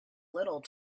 little